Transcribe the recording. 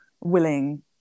willing